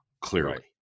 clearly